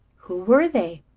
who were they?